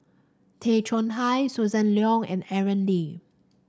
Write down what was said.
Tay Chong Hai Susan Leong and Aaron Lee